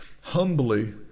humbly